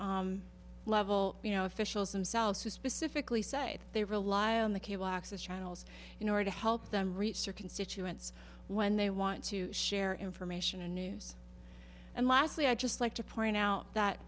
state level you know officials themselves who specifically say they rely on the cable access channels in order to help them reach their constituents when they want to share information and news and lastly i just like to point out that